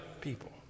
people